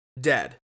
dead